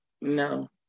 No